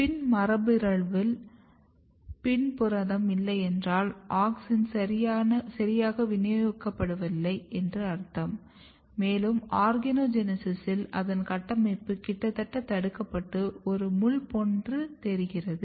PIN மரபுபிறழ்வில் PIN புரதம் இல்லையென்றால் ஆக்ஸின் சரியாக விநியோகிக்கப்படவில்லை என்று அர்த்தம் மேலும் ஆர்கனோஜெனீசிஸ்ஸில் அதன் கட்டமைப்பு கிட்டத்தட்ட தடுக்கப்பட்டு ஒரு முள் போல் தெரிகிறது